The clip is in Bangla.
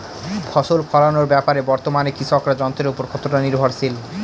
ফসল ফলানোর ব্যাপারে বর্তমানে কৃষকরা যন্ত্রের উপর কতটা নির্ভরশীল?